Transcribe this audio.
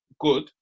good